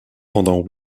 pendant